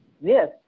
Yes